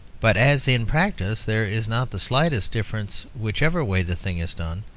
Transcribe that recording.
but as in practice there is not the slightest difference whichever way the thing is done,